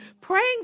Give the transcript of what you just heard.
praying